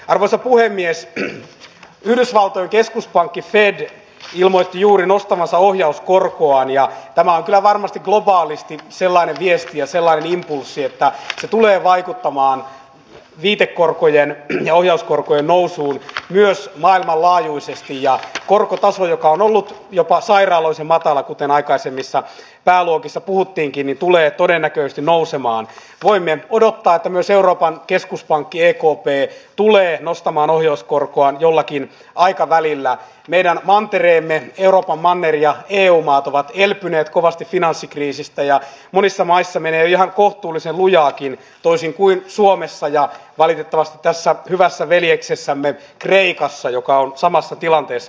arvoisa puhemies on yhdysvaltain keskuspankki fed ilmoitti juuri nostavansa ohjauskorkoaan ja tämä on kyllä varmasti globaalisti sellainen viesti josella impulssi että se tulee vaikuttamaan viitekorkojen ja ohjauskorkojen nousuun myös maailmanlaajuisesti ja korkotaso joka on ollut jopa sairaalloisen matala kuten aikaisemmissa pääluokissa puhuttiinkin tulee todennäköisesti nousemaan poimia pudottaa myös euroopan keskuspankki ec coupe tulee nostamaan ohjauskorkoaan jollakin aikavälillä meidän mantereemme euroopan manneria eu maat ovat elpyneet kovasti finanssikriisistä ja monissa maissa menee ihan kohtuullisen lujaakin toisin kuin suomessa ja valitettavasti tässä hyvässä veljeksessämme käsittelyn pohjana on samassa tilanteessa